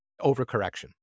overcorrection